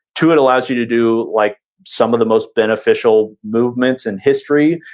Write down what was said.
two, it allows you to do like some of the most beneficial movements in history,